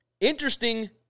Interesting